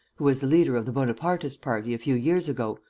who was the leader of the bonapartist party a few years ago,